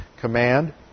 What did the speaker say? command